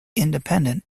independent